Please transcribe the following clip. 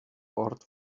port